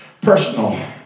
personal